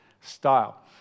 style